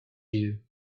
you